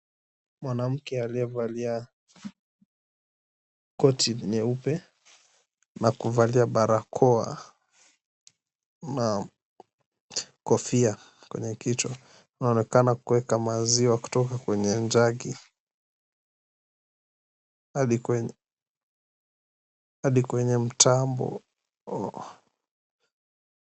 Mwanamke aliyevalia koti nyeupe, na kuvalia barakoa na kofia kwenye kichwa. Anaonekana kuweka maziwa kutoka kwenye jagi hadi kwenye hadi kwenye mtambo.